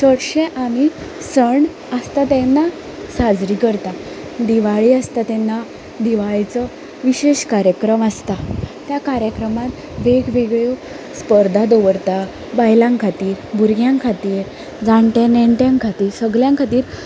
चडशे आमी सण आसता तेन्ना साजरे करता दिवाळी आसता तेन्ना दिवाळेचो विशेश कार्यक्रम आसता त्या कार्यक्रमांत वेग वेगळ्यो स्पर्धा दवरता बायलां खातीर भुरग्यां खातीर जाणटे नेणट्यां खातीर सगळ्यां खातीर